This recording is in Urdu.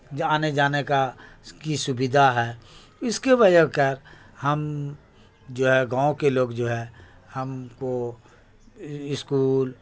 آنے جانے کا کی سویدھا ہے اس کے وجہ کر ہم جو ہے گاؤں کے لوگ جو ہے ہم کو اسکول